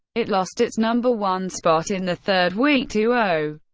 it lost its number one spot in the third week to oh,